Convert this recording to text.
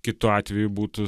kitu atveju būtų